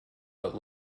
but